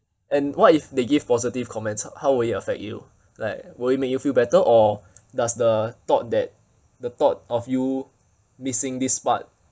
and what if they give positive comments how will it affect you like will it make you feel better or does the thought that the thought of you missing this part